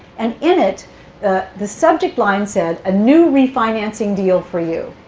and in it the the subject line said, a new refinancing deal for you.